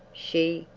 she,